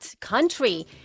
country